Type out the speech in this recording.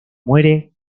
muere